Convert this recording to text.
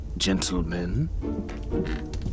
gentlemen